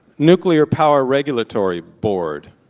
nuclear power regulatory board.